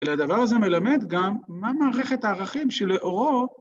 ‫אלא הדבר הזה מלמד גם ‫מה מערכת הערכים שלאורו.